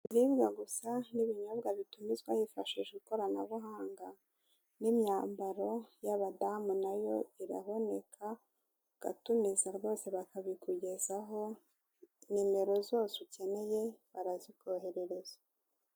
Ibiribwa gusa n'ibinyobwa bitumizwa hifashishinjwe ikoranabuhanga n'imyambaro y'abadamu nayo iraboneka ugatumiza rwose bakabikugezaho nimero zose ukeneye barazikoherereza.